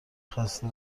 خسته